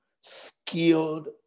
skilled